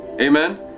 Amen